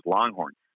Longhorns